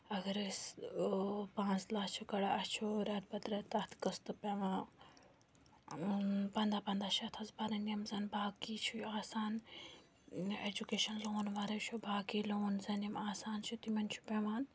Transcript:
اَگر أسۍ پانٛژھ لَچھ چھِ کَڑان اَسہِ چھُ رٮ۪تہٕ پَتہٕ رٮ۪تہٕ تتھ قٕسطہٕ پٮ۪وان پَنٛداہ پَنٛداہ شَتھ حظ بَرٕنۍ یِم زَن باقٕے چھُے آسان اٮ۪جُکیشَن لون وَرٲے چھُ باقٕے لون زَن یِم آسان چھِ تِمَن چھُ پٮ۪وان